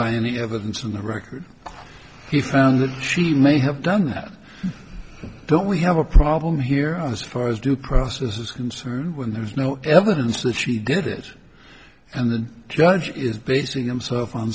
by any evidence in the record he found that she may have done that don't we have a problem here as far as due process is concerned when there's no evidence that she did it and the judge is basing himself on